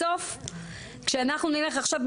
בסוף כשאנחנו נלך עכשיו,